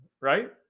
right